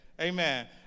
Amen